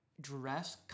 dress